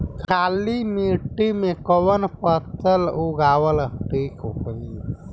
काली मिट्टी में कवन फसल उगावल ठीक होई?